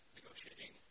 negotiating